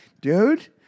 Dude